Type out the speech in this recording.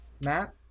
Matt